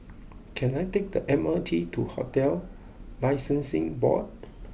can I take the M R T to Hotels Licensing Board